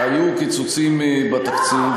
היו קיצוצים בתקציב,